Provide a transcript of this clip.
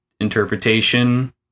interpretation